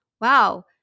wow